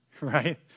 right